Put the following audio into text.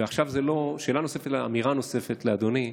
ועכשיו, זו לא שאלה נוספת אלא אמירה נוספת לאדוני: